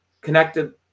connected